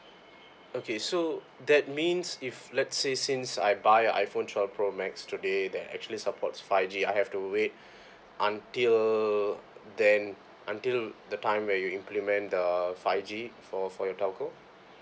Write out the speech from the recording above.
okay so that means if let's say since I buy a iPhone twelve pro max today that actually supports five G I have to wait until then until the time where you implement the five G for for your telco